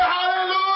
hallelujah